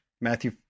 Matthew